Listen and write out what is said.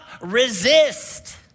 Resist